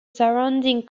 surrounding